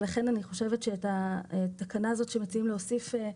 לכן אני חושבת שאת התקנה הזאת שמציעים להוסיף,